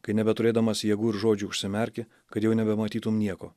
kai nebeturėdamas jėgų ir žodžių užsimerki kad jau nebematytum nieko